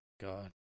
God